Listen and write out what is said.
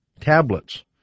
tablets